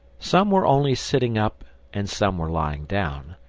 some were only sitting up and some were lying down,